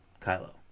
Kylo